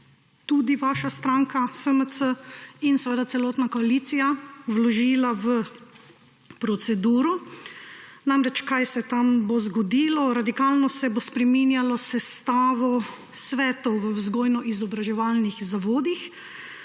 tudi vaša stranka SMC in seveda celotna koalicija vložila v proceduro. Kaj se bo tam zgodilo? Radikalno se bo spreminjalo sestavo svetov v vzgojno-izobraževalnih zavodih,